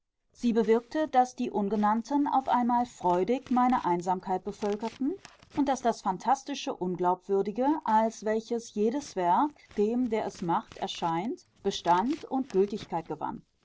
sie bewirkte daß die ungenannten auf einmal freudig meine einsamkeit bevölkerten und daß das phantastische unglaubwürdige als welches jedes werk dem der es macht erscheint bestand und gültigkeit gewann